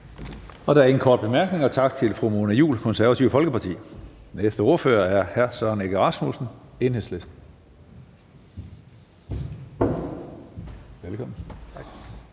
Der er ingen korte bemærkninger. Tak til fru Mona Juul, Det Konservative Folkeparti. Den næste ordfører er hr. Søren Egge Rasmussen, Enhedslisten. Velkommen.